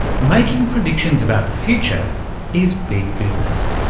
making predictions about the future is big business.